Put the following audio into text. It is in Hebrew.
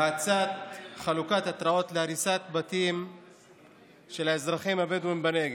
והאצת חלוקת התראות להריסת בתים של האזרחים הבדואים בנגב.